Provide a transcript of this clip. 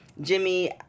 Jimmy